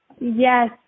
Yes